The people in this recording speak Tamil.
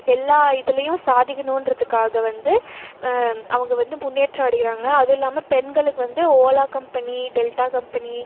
எல்லா இதுலேயும் சாதிக்கணுன்றதுக்காக வந்து அவங்க வந்து முன்னேற்றம் அடைகிறாங்க அதுவும் இல்லாமல் பெண்களுக்கு வந்து ஓலா கம்பெனி டெல்டா கம்பெனி